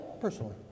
personally